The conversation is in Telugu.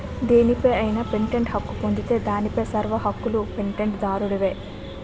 దేనిపై అయినా పేటెంట్ హక్కు పొందితే దానిపై సర్వ హక్కులూ పేటెంట్ దారుడివే